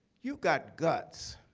you've got guts.